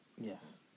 Yes